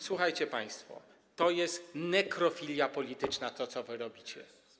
Słuchacie państwo, to jest nekrofilia polityczna, co robicie.